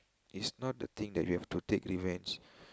it's not the thing that you have to take revenge